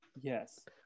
Yes